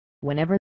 Whenever